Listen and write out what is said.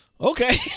okay